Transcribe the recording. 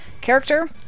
character